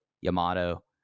Yamato